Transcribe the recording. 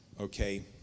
okay